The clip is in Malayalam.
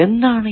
എന്താണ് ഈ